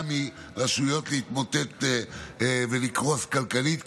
שמונע מרשויות להתמוטט ולקרוס כלכלית.